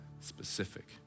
specific